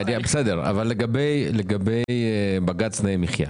לגבי בג"ץ תנאי מחיה,